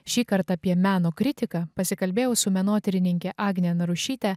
šįkart apie meno kritiką pasikalbėjau su menotyrininke agne narušyte